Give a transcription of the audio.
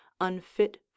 unfit